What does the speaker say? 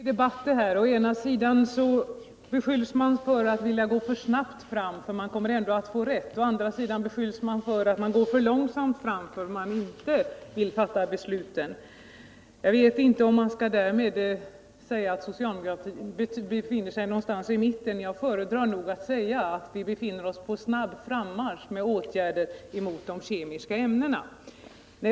Herr talman! Det här är en underlig debatt! Å ena sidan beskylls man för att gå för snabbt fram, för man kommer ändå att få rätt. Å andra sidan beskylls man för att gå för långsamt fram, för att man inte vill fatta besluten. Jag vet inte om man kan säga att socialdemokraterna i det fallet befinner sig i mitten. Jag föredrar att säga att vi befinner oss på snabb frammarsch med åtgärder mot de kemiska ämnena.